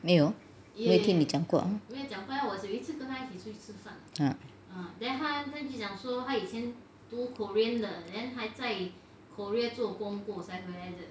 没有没有听你讲过